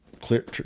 clear